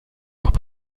leurs